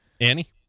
Annie